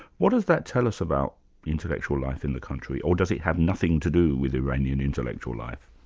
what does that tell us about intellectual life in the country, or does it have nothing to do with iranian intellectual life?